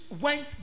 went